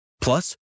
Plus